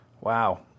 Wow